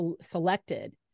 selected